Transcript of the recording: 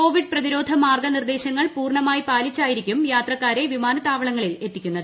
Covid പ്രതിരോധ മാർഗനിർദേശങ്ങൾ പൂർണമായി പാലിച്ചായിരിക്കും യാത്രക്കാരെ വിമാനത്താവളങ്ങളിൽ എത്തിക്കുന്നത്